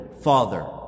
Father